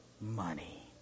money